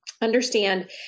understand